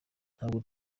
ntabwo